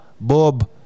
Bob